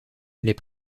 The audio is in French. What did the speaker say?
les